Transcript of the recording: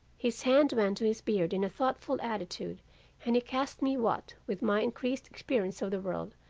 his hand went to his beard in a thoughtful attitude and he cast me what, with my increased experience of the world,